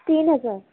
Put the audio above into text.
تین ہزار